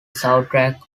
soundtrack